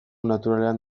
naturalean